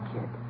kid